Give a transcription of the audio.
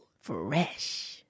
Fresh